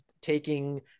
taking